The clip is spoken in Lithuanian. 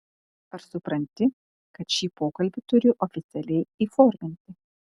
ar supranti kad šį pokalbį turiu oficialiai įforminti